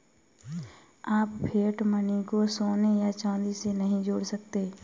आप fiat money को सोने या चांदी से नहीं जोड़ सकते